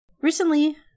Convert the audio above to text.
recently